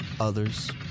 Others